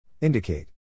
Indicate